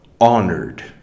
honored